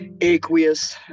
aqueous